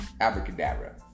abracadabra